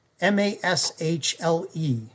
M-A-S-H-L-E